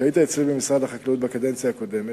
שהיית אצלי במשרד החקלאות בקדנציה הקודמת,